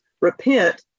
repent